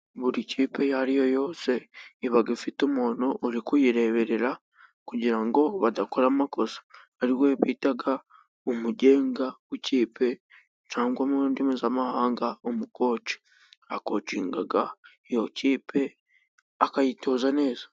Buri kipe iyo ariyo yose iba ifite umuntu uri kuyireberera kugira ngo badakora amakosa, ari we bita umugenga w'ikipe cyangwa mu ndimi z'amahanga umukoci. Akocinga iyo kipe akayitoza neza.